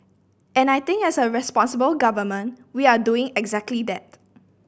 and I think as a responsible government we're doing exactly that